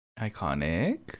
iconic